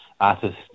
artists